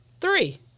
three